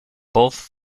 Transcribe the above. both